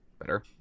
better